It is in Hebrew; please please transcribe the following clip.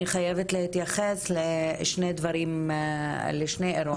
אני חייבת להתייחס לשני אירועים,